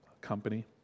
company